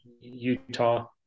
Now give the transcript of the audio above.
Utah